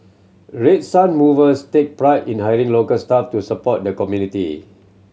Red Sun Movers take pride in hiring local staff to support the community